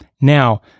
Now